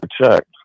checked